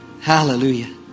Hallelujah